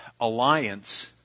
alliance